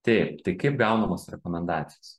taip tai kaip gaunamos rekomendacijos